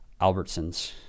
Albertsons